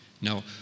Now